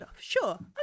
Sure